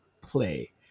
play